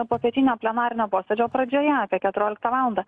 popietinio plenarinio posėdžio pradžioje apie keturioliktą valandą